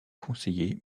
conseiller